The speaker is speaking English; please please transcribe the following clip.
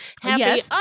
Happy